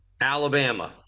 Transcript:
Alabama